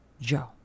Joe